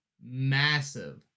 massive